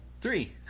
Three